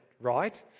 right